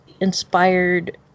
inspired